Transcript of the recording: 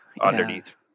Underneath